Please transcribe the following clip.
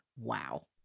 Wow